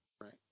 Right